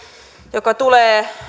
joka tulee